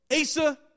Asa